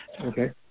Okay